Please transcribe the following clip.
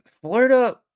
Florida